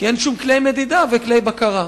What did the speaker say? כי אין שום כלי מדידה וכלי בקרה.